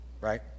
Right